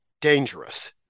dangerous